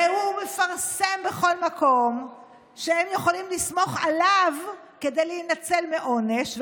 והוא מפרסם בכל מקום שהם יכולים לסמוך עליו כדי להינצל מעונש.